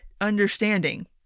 understanding